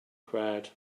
crowd